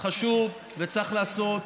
חשוב וצריך לעשות.